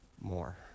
more